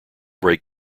brake